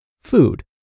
food